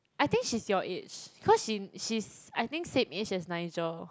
I think she's your age cause she in she's I think same age as Nigel